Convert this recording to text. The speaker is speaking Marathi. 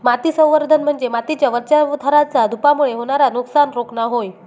माती संवर्धन म्हणजे मातीच्या वरच्या थराचा धूपामुळे होणारा नुकसान रोखणा होय